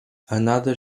another